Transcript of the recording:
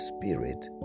Spirit